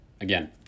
again